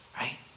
right